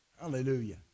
Hallelujah